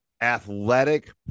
athletic